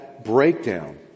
breakdown